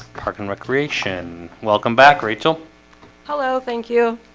park and recreation welcome back rachel hello. thank you